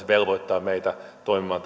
velvoittaa meitä toimimaan